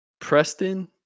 Preston